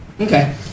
Okay